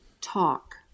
talk